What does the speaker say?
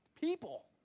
people